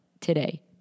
today